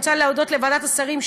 אני רוצה להודות לוועדת השרים,